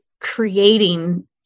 creating